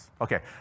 Okay